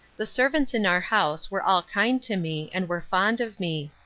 the servants in our house were all kind to me and were fond of me,